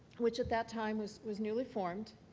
which at that time was was newly formed.